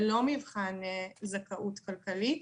ללא מבחן זכאות כלכלית